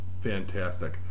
fantastic